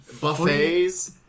Buffets